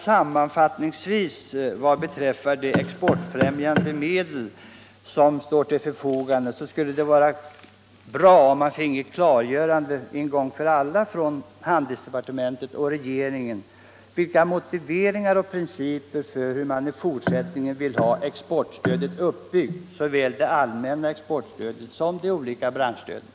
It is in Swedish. Sammanfattningsvis kan man beträffande de exportfrämjande medel som ställs till förfogande säga att det skulle vara bra om man en gång för alla från handelsdepartementet och regeringen finge en redovisning av motiveringarna och principerna för exportstödet och ett klargörande av hur man i fortsättningen vill ha exportstödet uppbyggt, såväl det allmänna exportstödet som de olika branschstöden.